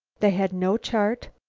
they had no chart,